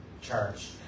church